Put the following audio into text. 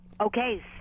Okay